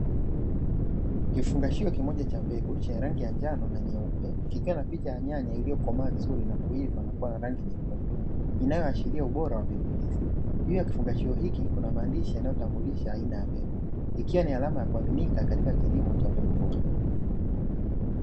Kifungashio kimoja cha mbegu chenye rangi ya njano na nyeupe kikiwa na picha ya nyanya iliokomaa vizuri nakuiva nakua na rangi nyekundu inayoashiria ubora wa mbegu hizi. Juu ya kifungashio hiki kuna maandishi yanayotambulisha aina ya mbegu ikiwa ni alama ya kuaminika katika kilimo cha mbegu bora.